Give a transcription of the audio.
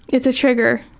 it's a trigger.